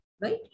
Right